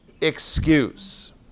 excuse